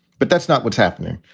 but that's not what's happening.